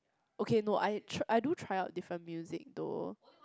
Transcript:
okay no I tr~ I do try out different music though